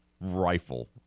rifle